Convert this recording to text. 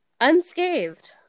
unscathed